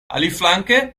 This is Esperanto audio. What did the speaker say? aliflanke